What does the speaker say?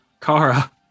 Kara